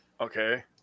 Okay